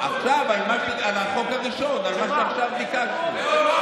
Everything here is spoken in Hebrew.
עכשיו, על החוק הראשון, על מה שעכשיו ביקשתם.